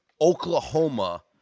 Oklahoma